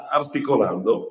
articolando